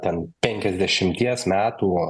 ten penkiasdešimties metų